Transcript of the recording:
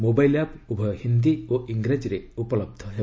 mobile app ଉଭୟ ହିନ୍ଦୀ ଓ ଇଂରାଜୀରେ ଉପଲନ୍ଧ ହେବ